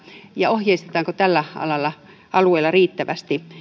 ja ohjeistetaanko tällä alueella riittävästi